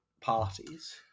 parties